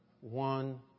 one